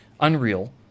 Unreal